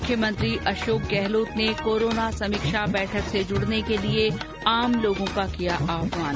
मुख्यमंत्री अशोक गहलोत ने कोरोना समीक्षा बैठक से जुड़ने के लिये आम लोगों से किया आह्वान